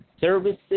services